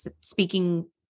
speaking